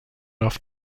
enough